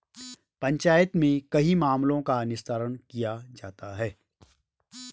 पंचायत में कई मामलों का निस्तारण किया जाता हैं